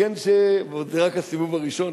ועוד זה רק הסיבוב הראשון,